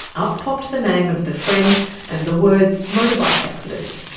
up popped the name of the friend and the words motorbike accident.